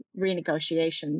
renegotiations